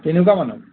তেনেকুৱা মানৰ